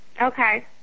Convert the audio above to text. Okay